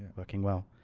working well.